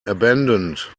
abandoned